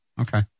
okay